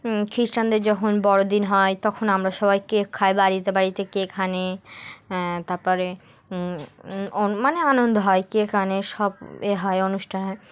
খ্রিস্টানদের যখন বড়দিন হয় তখন আমরা সবাই কেক খাই বাড়িতে বাড়িতে কেক আনে তারপরে মানে আনন্দ হয় কেক আনে সব ই হয় অনুষ্ঠান হয়